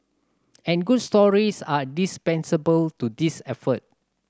and good stories are dispensable to this effort